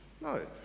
no